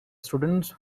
students